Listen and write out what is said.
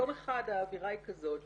יום אחד האווירה היא כזאת,